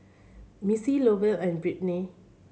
Missie Lovell and Brittnee